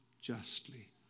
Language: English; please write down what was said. justly